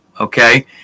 Okay